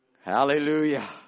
Hallelujah